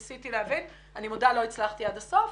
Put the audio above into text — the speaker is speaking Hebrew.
ניסיתי להבין ואני מודה שלא הצלחתי עד הסוף,